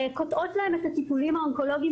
קוטעות להן את הטיפולים האונקולוגיים